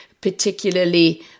particularly